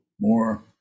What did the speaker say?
more